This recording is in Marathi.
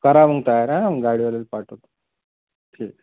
करा मग तयारी मी गाडीवाल्याला पाठवतो ठीक आहे